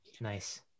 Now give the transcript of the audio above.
nice